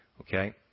okay